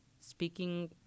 speaking